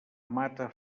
mata